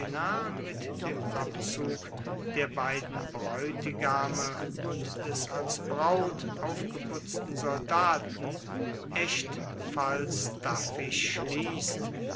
mit dem abzug der beiden braeutigame und des als braut aufgeputzten soldaten echt falstaffisch schliesst